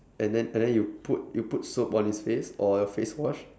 and then and then you put you put soap on his face or a face wash